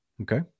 Okay